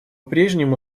прежнему